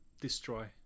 destroy